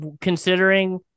considering